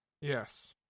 Yes